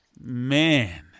man